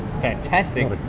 fantastic